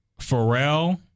Pharrell